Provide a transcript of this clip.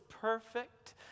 perfect